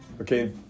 Okay